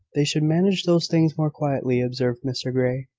they should manage those things more quietly, observed mr grey.